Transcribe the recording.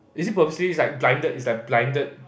is it purposely it's like blinded it's like blinded